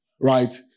right